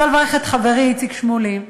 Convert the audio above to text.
אני רוצה לברך את חברי איציק שמולי,